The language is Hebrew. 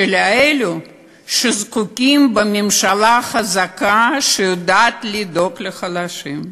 של אלו שזקוקים לממשלה חזקה שיודעת לדאוג לחלשים.